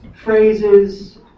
Phrases